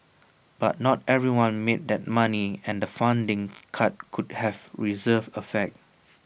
but not everyone made that money and the funding cut could have reverse effect